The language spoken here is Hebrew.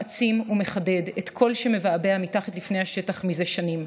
מעצים ומחדד את כל שמבעבע מתחת לפני השטח מזה שנים,